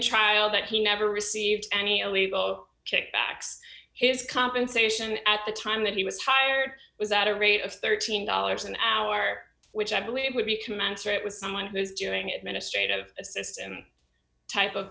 trial that he never received any illegal kick backs his compensation at the time that he was hired was at a rate of thirteen dollars an hour which i believe it would be commensurate with someone who's doing administrate of a system type of